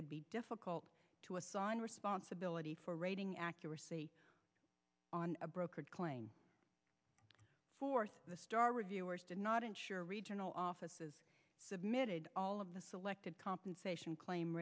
would be difficult to assign responsibility for rating accuracy on a brokered claim for the star reviewers did not ensure regional offices submitted all of the selected compensation claim